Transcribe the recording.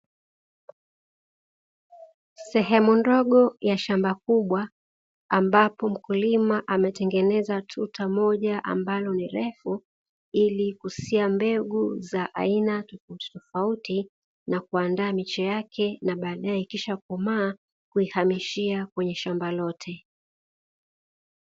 Sehemu ndogo ya shamba kubwa ambapo mkulima ametengeneza tuta moja ambalo ni refu ili kusia mbegu za aina tofauti na kuandaa miche yake na baadae ikishakomaa kuihamishia kwenye shamba lote.